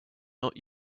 not